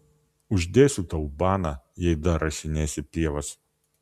uždėsiu tau baną jei dar rašinėsi pievas